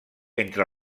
entre